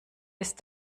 ist